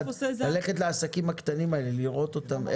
ללכת לעסקים הקטנים האלה ולראות אותם,